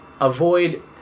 avoid